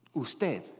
usted